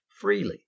freely